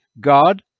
god